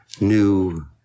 new